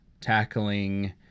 tackling